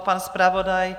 Pan zpravodaj?